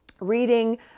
reading